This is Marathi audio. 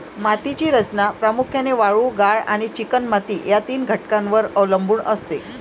मातीची रचना प्रामुख्याने वाळू, गाळ आणि चिकणमाती या तीन घटकांवर अवलंबून असते